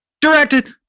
directed